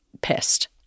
pissed